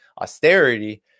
austerity